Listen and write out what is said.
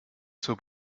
zur